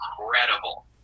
incredible